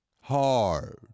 hard